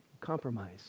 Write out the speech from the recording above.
Compromise